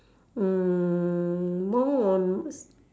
um more on